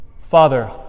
Father